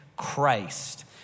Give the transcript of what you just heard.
Christ